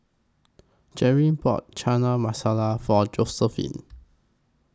Jerilyn bought Chana Masala For Josiephine